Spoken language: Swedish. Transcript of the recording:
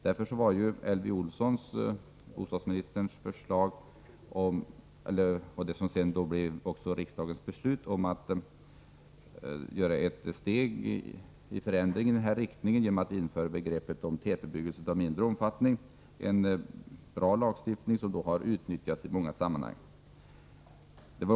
Därför var förra bostadsministern Elvy Olssons förslag, som sedan blev riksdagens beslut, om införande av begreppet tätbebyggelse av mindre omfattning ett steg i rätt riktning. Följden blev en bra lagstiftning som har utnyttjats i många sammanhang.